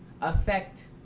affect